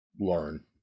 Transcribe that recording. learn